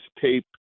tape